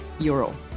euro